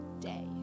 day